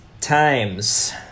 times